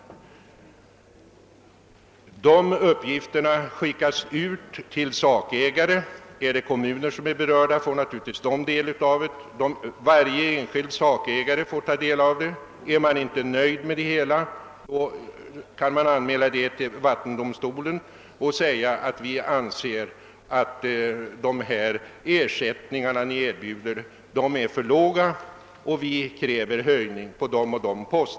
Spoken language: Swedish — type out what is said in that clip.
Dessa uppgifter skickas ut till sakägare. Om det är kommuner som är berörda får de naturligtvis också dessa uppgifter. Är man inte nöjd med det hela, kan anmälan göras till vattendomstolen, varvid man påpekar att de ersättningar som erbjuds är för låga och att man på vissa poster kräver höjningar.